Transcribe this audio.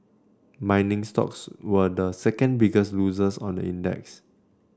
mining stocks were the second biggest losers on the index